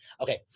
Okay